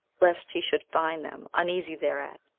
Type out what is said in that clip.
lest he should find them uneasy thereat,